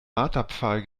marterpfahl